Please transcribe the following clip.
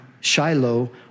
Shiloh